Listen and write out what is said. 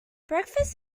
breakfast